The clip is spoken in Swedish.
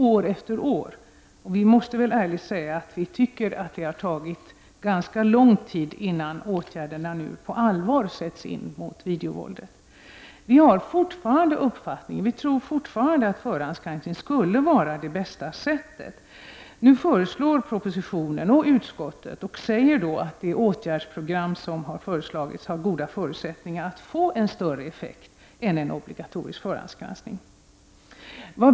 Ärligt talat måste vi säga att vi tycker att det har tagit ganska lång tid, innan åtgärder nu på allvar sätts in mot videovåldet. Vi tror fortfarande att förhandsgranskning skulle vara det bästa sättet. Nu sägs i propositionen och av utskottet att det åtgärdsprogram som har föreslagits har goda förutsättningar att få en större effekt än en obligatorisk förhandsgranskning.